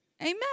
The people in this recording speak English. amen